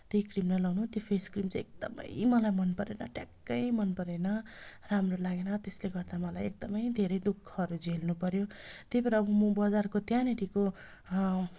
त्यही क्रिम नै लगाउनु त्यो फेस क्रिम चाहिँ एकदमै मलाई मनपरेन ट्याक्कै मनपरेन राम्रो लागेन त्यसले गर्दा मलाई एकदमै धेरै दुःखहरू झेल्नुपऱ्यो त्यही भएर अब म बजारको त्यहानेरिको